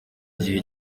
gihe